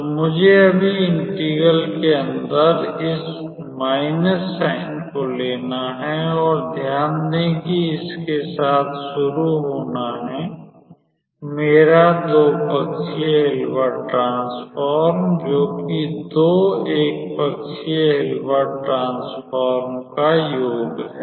तो मुझे अभी इंटेगरल के अंदर इस ऋण चिन्ह को लेना है और ध्यान दें कि इसके साथ शुरू होना है मेरा 2 पक्षीय हिल्बर्ट ट्रांसफॉर्म जोकि दो 1 पक्षीय हिल्बर्ट ट्रांसफॉर्म का योग है